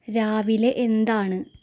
രാവിലെ എന്താണ്